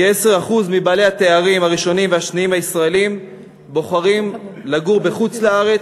כ-10% מבעלי התארים הראשונים והשניים הישראלים בוחרים לגור בחוץ-לארץ,